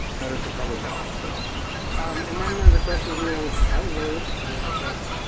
better for public health. so um and then there's a question here which i was really interested in because